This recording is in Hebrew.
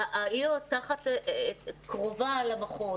העיר קרובה למחוז,